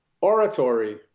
oratory